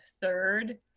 third